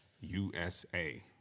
USA